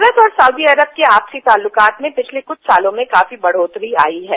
भारत और सऊदी अरब के आपसी ताल्लुकात में पिछले कुछ सालों में काफी बढ़ोतरी आई है